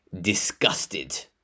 disgusted